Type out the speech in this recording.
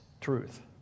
truth